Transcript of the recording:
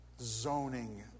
zoning